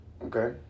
Okay